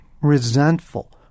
resentful